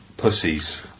pussies